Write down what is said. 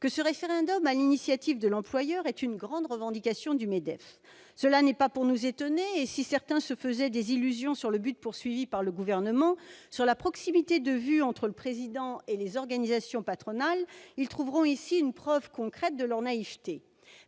que ce référendum à l'initiative de l'employeur est une grande revendication du MEDEF. Cela n'est pas pour nous étonner et, si certains se faisaient des illusions sur le but du Gouvernement ou sur la proximité de vue entre le Président de la République et les organisations patronales, ils trouveront ici une preuve concrète de leur naïveté